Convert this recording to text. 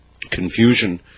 confusion